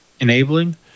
Enabling